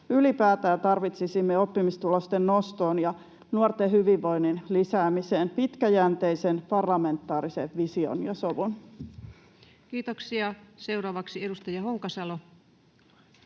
Ylipäätään tarvitsisimme oppimistulosten nostoon ja nuorten hyvinvoinnin lisäämiseen pitkäjänteisen, parlamentaarisen vision ja sovun. Kiitoksia. — Seuraavaksi edustaja Honkasalo.